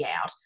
out